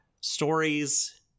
stories